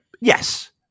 Yes